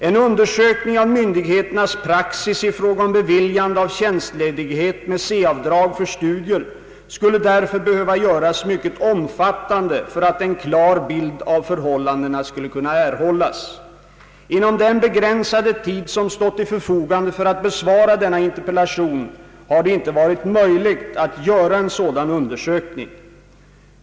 En undersökning av myndigheternas praxis i fråga om beviljande av tjänstledighet med C avdrag för studier skulle därför behöva göras mycket omfattande för att en klar bild av förhållandena skulle kunna erhållas. Inom den begränsade tid som stått till förfogande för att besvara denna interpellation har det inte varit möjligt att göra en sådan undersökning.